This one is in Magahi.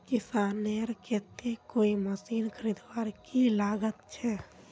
किसानेर केते कोई मशीन खरीदवार की लागत छे?